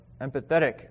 empathetic